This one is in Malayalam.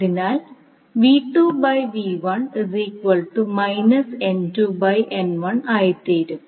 അതിനാൽ ആയിത്തീരും